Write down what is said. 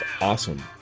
awesome